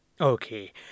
Okay